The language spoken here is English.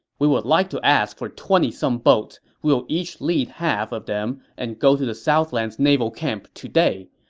we would like to ask for twenty some boats. we will each lead half of them and go to the southland's naval camp today.